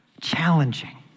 challenging